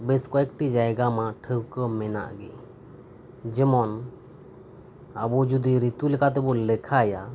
ᱵᱮᱥ ᱠᱚᱭᱮᱠᱴᱤ ᱡᱟᱭᱜᱟ ᱢᱟ ᱴᱷᱟᱹᱣᱠᱟᱹ ᱢᱮᱱᱟᱜ ᱜᱮ ᱡᱮᱢᱚᱱ ᱟᱵᱚ ᱡᱩᱫᱤ ᱨᱤᱛᱩ ᱞᱮᱠᱟ ᱛᱮᱵᱚᱱ ᱞᱮᱠᱷᱟᱭᱟ